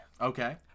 Okay